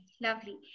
Lovely